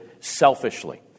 selfishly